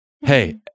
Hey